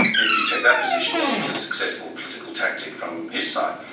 if you take that position, then it was a successful political tactic from his side.